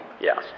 yes